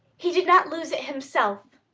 he did not lose it himself,